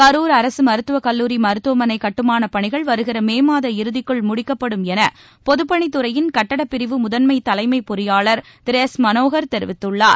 கரூர் அரசு மருத்துவக் கல்லூரி மருத்துவமனை கட்டுமானப் பணிகள் வருகிற மே மாத இறுதிக்குள் முடிக்கப்படும் என பொதுப்பணித் துறையின் கட்டடப் பிரிவு முதன்மை தலைமைப் பொறியாளர் திரு எஸ் மனோகர் தெரிவிததுள்ளார்